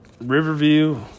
Riverview